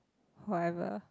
whatever